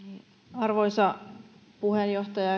arvoisa puheenjohtaja